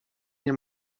nie